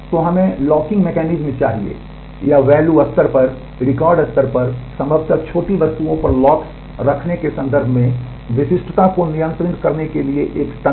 तो हमें locking mechanism चाहिए या वैल्यू रखने के संदर्भ में विशिष्टता को नियंत्रित करने के लिए एक तंत्र